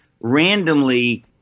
Randomly